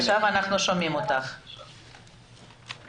ושאנחנו בקשר עם משרד הבריאות